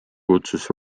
kutsus